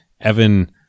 Evan